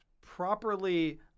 properly